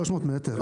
300 מטר.